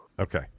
Okay